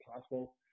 possible